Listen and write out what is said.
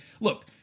Look